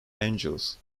angels